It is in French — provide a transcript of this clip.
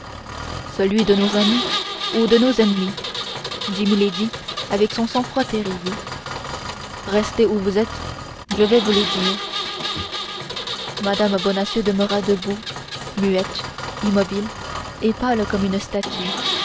celui de nos amis ou de nos ennemis dit milady avec son sangfroid terrible restez où vous êtes je vais vous le dire mme bonacieux demeura debout muette immobile et pâle comme une statue